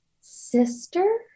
sister